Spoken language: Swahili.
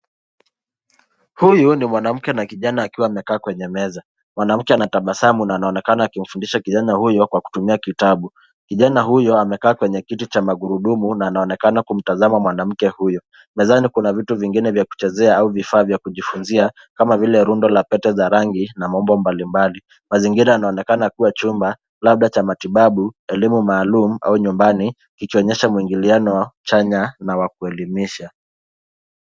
Huyu ni mwanamke na kijana akiwa amekaa kwenye meza, mwanamke anatabasamu na anaonekana akimfundisha kijana huyo kwa kutumia kitabu kijana huyo amekaa kwenye kiti cha magurudumu na anaonekana kumtazama mwanamke huyu. Mezani, kuna vitu vingine vya kuchezea au vifaa vya kujifunzia kama vile rundo la pete za rangi na maumbo mbalimbali ,mazingira yanaonekana kuwa chumba labda cha matibabu ,elimu maalum au nyumbani ikionyesha muigiliano wa chanya na kuelimisha.